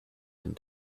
and